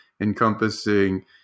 encompassing